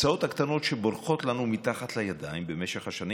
מההצעות הקטנות שבורחות לנו מתחת לידיים במשך השנים